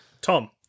Tom